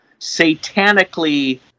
satanically